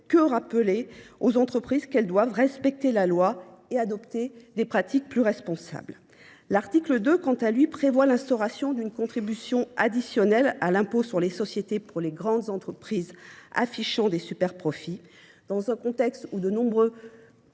que rappeler aux entreprises qu’elles doivent respecter la loi et adopter des pratiques plus responsables. L’article 2, quant à lui, prévoit l’instauration d’une contribution additionnelle à l’impôt sur les sociétés pour les grandes entreprises affichant des superprofits. Dans un contexte où nombre